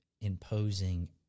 imposing